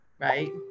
right